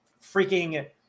freaking